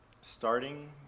starting